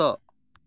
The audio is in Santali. ᱚᱠᱛᱚ